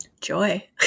Joy